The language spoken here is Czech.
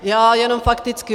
Já jenom fakticky.